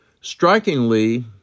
Strikingly